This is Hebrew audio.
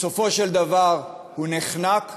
בסופו של דבר הוא נחנק ונופל.